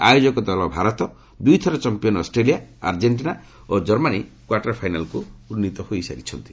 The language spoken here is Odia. ଆୟୋଜକ ଦଳ ଭାରତ ଦୁଇଥର ଚମ୍ପିୟନ୍ ଅଷ୍ଟ୍ରେଲିଆ ଆର୍ଜେକ୍ଟିନା ଓ ଜର୍ମାନୀ କ୍ୱାର୍ଟର ଫାଇନାଲ୍କୁ ଉନ୍ନତି ହୋଇସାରିଛନ୍ତି